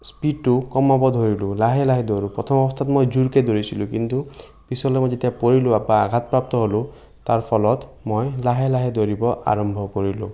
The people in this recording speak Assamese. স্পীডটো কমাব ধৰিলোঁ লাহে লাহে দৌৰোঁ প্ৰথম অৱস্থাত মই জোৰকে দৌৰিছিলোঁ কিন্তু পিছলৈ মই যেতিয়া পৰিলোঁ বা আঘাতপ্ৰাপ্ত হ'লোঁ তাৰ ফলত মই লাহে লাহে দৌৰিব আৰম্ভ কৰিলোঁ